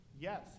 Yes